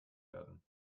werden